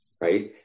Right